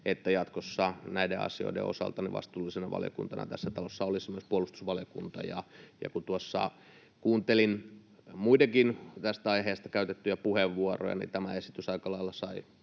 että jatkossa näiden asioiden osalta vastuullisena valiokuntana tässä talossa myös olisi puolustusvaliokunta. Ja kun tuossa kuuntelin muidenkin tästä aiheesta käytettyjä puheenvuoroja, niin tämä esitys aika lailla sai